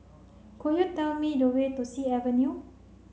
could you tell me the way to Sea Avenue